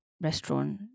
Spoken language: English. restaurant